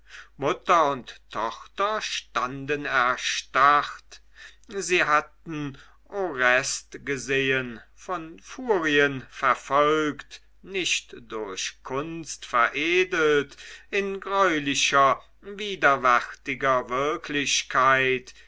mutter und tochter standen erstarrt sie hatten orest gesehen von furien verfolgt nicht durch kunst veredelt in greulicher widerwärtiger wirklichkeit